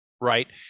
Right